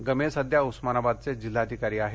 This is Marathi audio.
गमे सध्या उस्मानाबादचे जिल्हाधिकारी आहेत